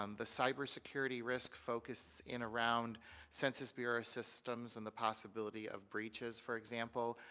um the cybersecurity risk focuses in around census bureau systems and the possibility of breaches, for example.